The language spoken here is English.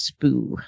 spoo